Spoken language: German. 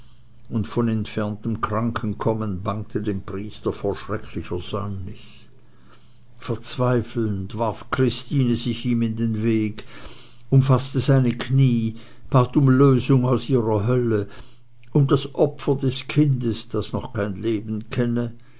und von entferntem kranken kommend bangte dem priester vor schrecklicher säumnis verzweifelnd warf christine sich ihm in den weg umfaßte seine knie bat um lösung aus ihrer hölle um das opfer des kindes das noch kein leben kenne